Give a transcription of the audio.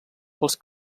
pels